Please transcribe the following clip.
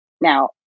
Now